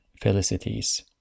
felicities